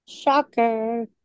Shocker